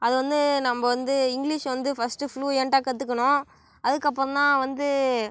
அதை வந்து நம்ம வந்து இங்கிலீஷ் வந்து ஃபஸ்டு ஃப்ளுயென்டாக கற்றுக்கணும் அதுக்கு அப்புறம்தான் வந்து